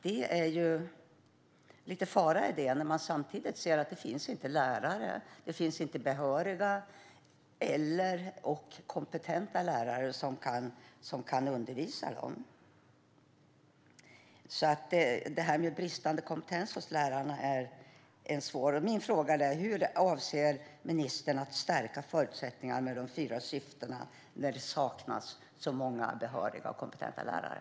Det finns ju en fara i det när man samtidigt ser att det inte finns behöriga eller kompetenta lärare som kan undervisa dem. Den bristande kompetensen hos lärarna är alltså ett problem. Min fråga är: Hur avser ministern att stärka förutsättningarna att uppnå de fyra syftena när det saknas så många behöriga och kompetenta lärare?